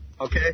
Okay